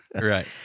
right